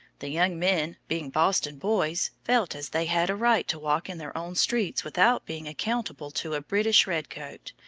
the young men, being boston boys, felt as they had a right to walk in their own streets without being accountable to a british red-coat.